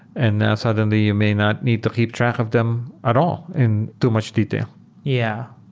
and now suddenly you may not need to keep track of them at all in too much detail yeah.